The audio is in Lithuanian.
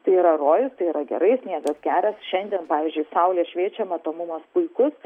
tai yra rojus tai yra gerai sniegas geras šiandien pavyzdžiui saulė šviečia matomumas puikus